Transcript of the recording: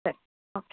ಸರಿ ಓಕೆ